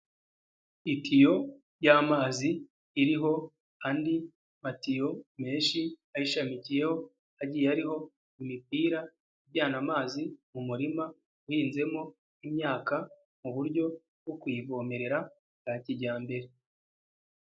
Itiyo y'amazi iriho andi matiyo menshi ayishamikiyeho, agiye ariho imipira ijyana amazi mu murima uhinzemo imyaka, mu buryo bwo kuyivomerera bwa kijyambere.